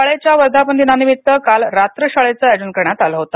शाळेच्या वर्धापनदिनानिमित्त काल रात्रशाळेचे आयोजन करण्यात आल होत